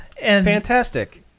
Fantastic